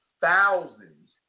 thousands